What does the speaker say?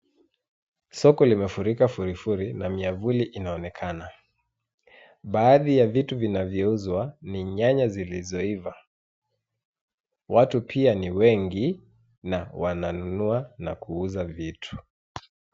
Soko limefurika furi furi na miavuli inaonekana. Baadhi ya vitu vinavyouzwa ni nyanya zilizoiva. Watu pia ni wengi na wananunua na kuuza vitu.